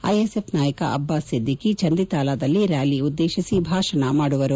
ISF ನಾಯಕ ಅಬ್ಬಾಸ್ ಸಿದ್ದಿಕಿ ಚಂದಿತಾಲಾದಲ್ಲಿ ರ್ಯಾಲಿಯನ್ನು ಉದ್ಗೇಶಿಸಿ ಭಾಷಣ ಮಾಡುವರು